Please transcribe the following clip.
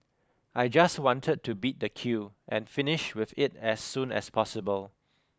I just wanted to beat the queue and finish with it as soon as possible